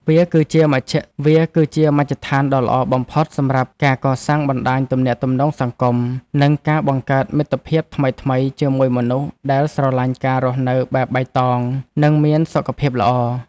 វាគឺជាមជ្ឈដ្ឋានដ៏ល្អបំផុតសម្រាប់ការកសាងបណ្ដាញទំនាក់ទំនងសង្គម និងការបង្កើតមិត្តភាពថ្មីៗជាមួយមនុស្សដែលស្រឡាញ់ការរស់នៅបែបបៃតង និងមានសុខភាពល្អ។